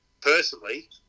personally